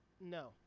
No